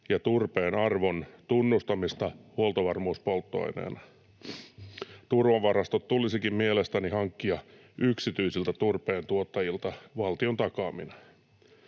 ja turpeen arvon tunnustamista huoltovarmuuspolttoaineena. Turvavarastot tulisikin mielestäni hankkia yksityisiltä turpeentuottajilta valtion takaamina.